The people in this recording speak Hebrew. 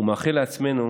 ומאחל לעצמנו